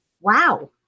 Wow